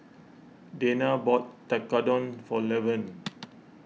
Dayna bought Tekkadon for Levern